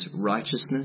righteousness